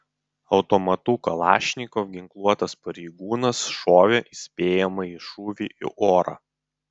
automatu kalašnikov ginkluotas pareigūnas šovė įspėjamąjį šūvį į orą